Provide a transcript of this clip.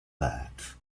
bed